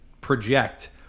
project